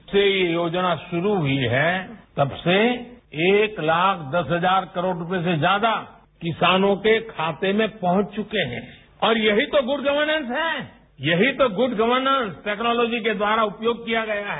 जब से ये योजना शुरू हुई है तब से एक लाख दस हजार करोड़ रूपये से ज्यादा किसानों के खाते में पहुंच चुके हैं और यही तो गुड गवनेंस है यही तो गुड गवनेंस टेक्नोलॉजी के द्वारा उपयोग किया गया है